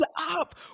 up